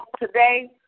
today